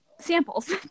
samples